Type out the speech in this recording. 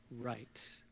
right